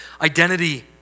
Identity